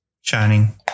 Shining